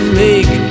make